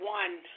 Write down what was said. one